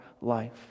life